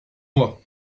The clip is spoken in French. moi